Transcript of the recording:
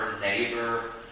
neighbor